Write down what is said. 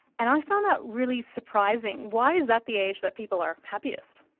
and i found that really surprising. why is that the age that people are happiest?